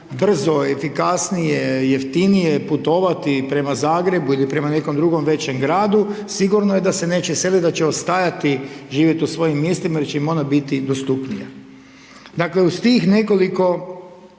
brzo, efikasnije, jeftinije putovati prema Zagrebu ili prema drugom većem gradu, sigurno da se neće seliti, da će ostajati živjeti u svojim mjestima, jer će im ona biti dostupnija. Dakle, uz tih nekoliko